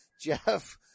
Jeff